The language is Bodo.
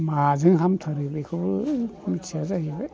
माजों हामथारो बेखौ मिथिया जाहैबाय